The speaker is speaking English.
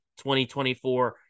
2024